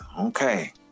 okay